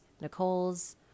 Nicole's